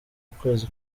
ukwezi